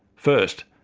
first,